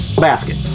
Basket